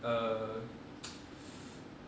err